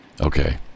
Okay